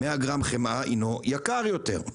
100 גרם חמאה הינו יקר יותר.